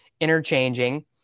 interchanging